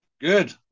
Good